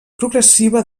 progressiva